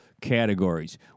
categories